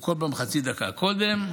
הוא בכל פעם חצי דקה קודם,